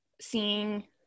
seeing